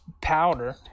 powder